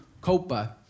Copa